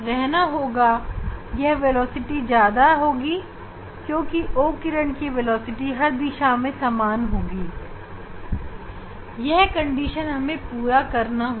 E किरण की velocity O किरण से कम होगी और O किरण की वेलोसिटी हर दिशा में समान होगी और यह दोनों परिस्थिति को हमें एक साथ निभानी होगी